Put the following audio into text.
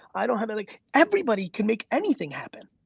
i don't have. like everybody can make anything happen.